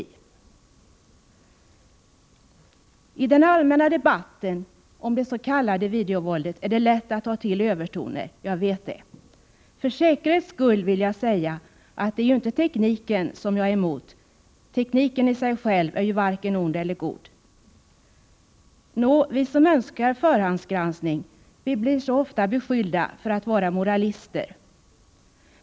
Jag är medveten om att det i den allmänna debatten om det s.k. videovåldet är lätt att ta till övertoner. För säkerhets skull vill jag säga att det inte är tekniken som jag är emot. Tekniken som sådan är ju varken ond eller god. Vi som önskar förhandsgranskning blir ofta beskyllda för att vara moralister.